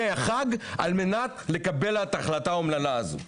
החג כדי לקבל את ההחלטה האומללה הזאת.